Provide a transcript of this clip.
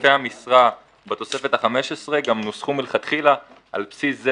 היקפי המשרה בתוספת ה-15 נוסחו מלכתחילה על בסיס זה